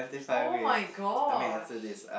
[oh]-my-gosh